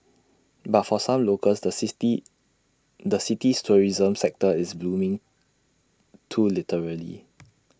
but for some locals the sixty the city's tourism sector is blooming too literally